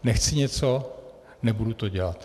Nechci něco, nebudu to dělat.